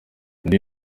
ndi